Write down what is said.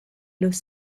los